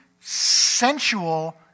sensual